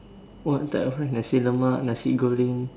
what the Nasi-Lemak Nasi-goreng